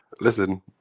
Listen